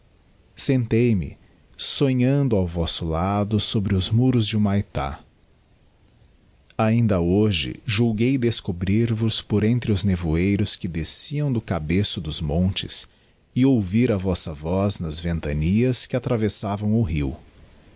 sentei-me sonhando ao vosso lado sobre os muros de humaytá ainda hoje julguei descobrir vos por entre os nevoeiros que desciam do cabeço dos montes e ouvir a vossa voz nas ventanias que atravessavam o rio